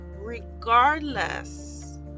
regardless